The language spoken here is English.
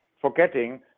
forgetting